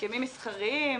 הסכמים מסחריים?